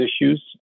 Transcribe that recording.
issues